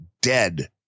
dead